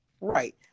Right